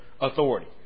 authority